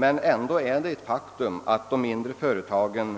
Det är ändå ett faktum att dessa företag